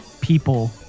people